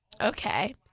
Okay